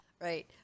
right